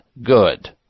Good